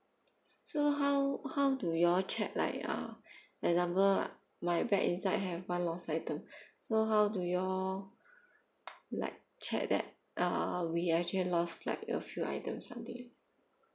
so how how do you all check like uh example my bag inside have one loss item so how do you all like check that uh we actually lost like a few items something